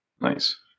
Nice